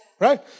Right